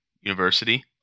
university